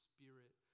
Spirit